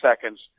seconds